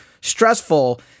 stressful